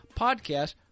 podcast